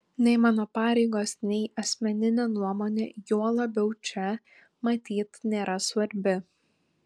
nei mano pareigos nei asmeninė nuomonė juo labiau čia matyt nėra svarbi